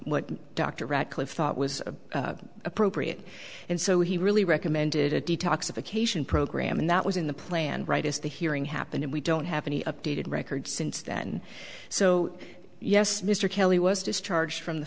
radcliff thought was appropriate and so he really recommended a detoxification program and that was in the plan right as the hearing happened and we don't have any updated record since then so yes mr kelly was discharged from the